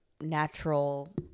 natural